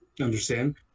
understand